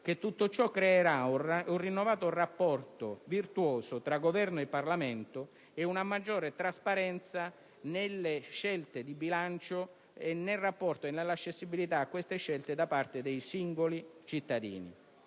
tutto ciò creerà un rinnovato rapporto virtuoso tra Governo e Parlamento e una maggiore trasparenza nelle scelte di bilancio, nel rapporto e nella accessibilità a queste scelte da parte dei singoli cittadini.